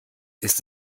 ist